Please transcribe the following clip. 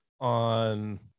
on